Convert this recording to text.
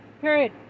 Period